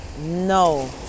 no